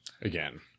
again